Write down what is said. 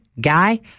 guy